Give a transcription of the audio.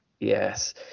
Yes